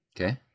Okay